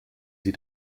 sie